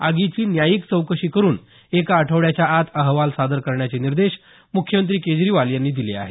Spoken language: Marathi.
आगीची न्यायिक चौकशी करून एका आठवड्याच्या आत अहवाल सादर करण्याचे निर्देश मुख्यमंत्री अरविंद केजरीवाल यांनी दिले आहेत